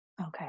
Okay